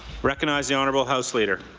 recognize the honourable house leader.